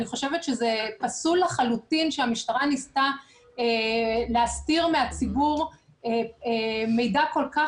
אני חושבת שזה פסול לחלוטין שהמשטרה ניסתה להסתיר מהציבור מידע כל כך